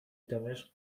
دمشق